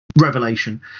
revelation